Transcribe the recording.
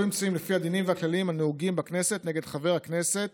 אמצעים לפי הדינים והכללים הנהוגים בכנסת נגד חבר הכנסת